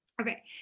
Okay